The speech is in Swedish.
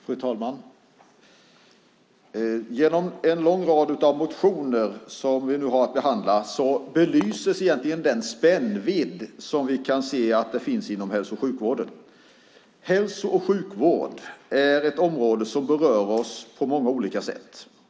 Fru talman! Genom en lång rad motioner som vi nu har att behandla belyses den spännvidd som vi kan se inom hälso och sjukvården. Hälso och sjukvård är ett område som berör oss på många olika sätt.